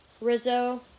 Rizzo